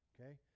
Okay